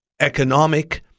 economic